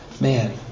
man